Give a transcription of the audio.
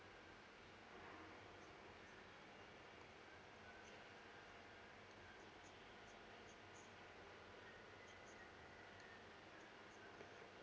so